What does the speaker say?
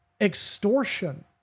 extortion